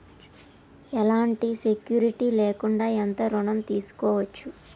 ఎలాంటి సెక్యూరిటీ లేకుండా ఎంత ఋణం తీసుకోవచ్చు?